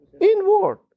inward